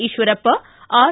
Eshwarappa R